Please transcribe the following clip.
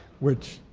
which,